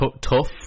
tough